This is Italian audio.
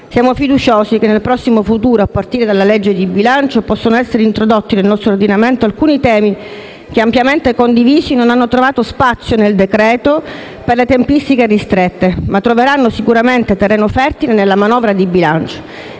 Siamo fiduciosi che nel prossimo futuro, a partire dal disegno di legge di bilancio, possano essere introdotti nel nostro ordinamento alcuni temi che, pur ampiamente condivisi, non hanno trovato spazio nel decreto-legge per le tempistiche ristrette, ma troveranno sicuramente terreno fertile nella manovra di bilancio.